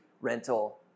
rental